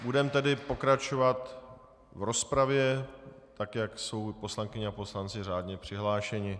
Budeme tedy pokračovat v rozpravě, tak jak jsou poslankyně a poslanci řádně přihlášeni.